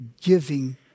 giving